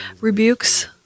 rebukes